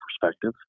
perspective